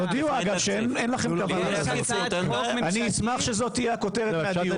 אני אשמח שזאת תהיה כותרת מהדיון,